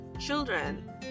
children